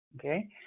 okay